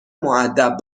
مودب